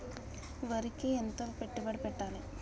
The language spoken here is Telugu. వరికి ఎంత పెట్టుబడి పెట్టాలి?